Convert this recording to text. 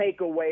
takeaway